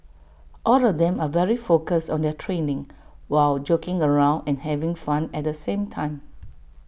all of them are very focused on their training while joking around and having fun at the same time